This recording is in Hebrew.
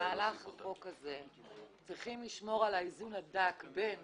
בהצעת החוק הזאת אנחנו צריכים לשמור על האיזון הדק בין